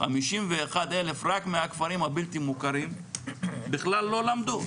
51,000 רק מהכפרים הבלתי מוכרים בכלל לא למדו,